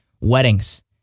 weddings